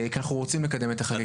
כי אנחנו רוצים לקדם את החקיקה הזאת.